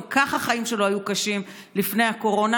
גם כך החיים שלו היו קשים לפני הקורונה.